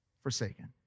forsaken